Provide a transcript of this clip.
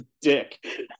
dick